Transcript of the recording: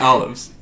Olives